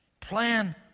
Plan